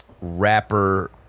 rapper